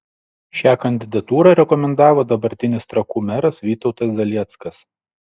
šią kandidatūrą rekomendavo dabartinis trakų meras vytautas zalieckas